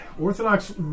Orthodox